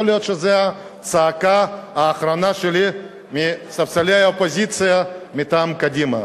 יכול להיות שזו הצעקה האחרונה שלי מספסלי האופוזיציה מטעם קדימה.